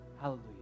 Hallelujah